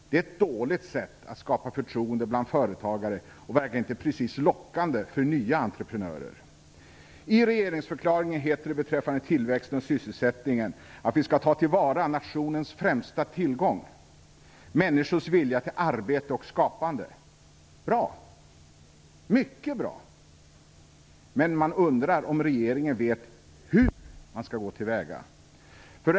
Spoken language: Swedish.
Det är ett dåligt sätt att skapa förtroende bland företagare och verkar inte precis lockande för nya entreprenörer. I regeringsförklaringen heter det beträffande tillväxten och sysselsättningen att vi skall ta till vara nationens främsta tillgång - människors vilja till arbete och skapande. Bra, mycket bra, men jag undrar om regeringen vet hur man skall gå till väga.